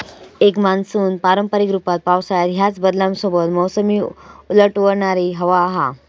एक मान्सून पारंपारिक रूपात पावसाळ्यात ह्याच बदलांसोबत मोसमी उलटवणारी हवा हा